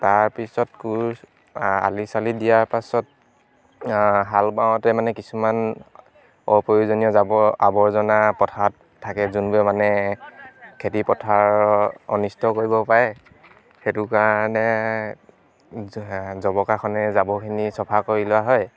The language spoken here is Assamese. তাৰ পিছত কোৰ আলি চালি দিয়াৰ পাছত হাল বাওঁতে মানে কিছুমান অপ্ৰয়োজনীয় জাৱৰ আৱৰ্জনা পথাৰত থাকে যোনবোৰ মানে খেতিপথাৰৰ অনিষ্ট কৰিব পাৰে সেইটো কাৰণে জবকাখনে জাৱখিনি চফা কৰি লোৱা হয়